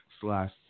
slash